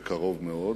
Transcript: בקרוב מאוד,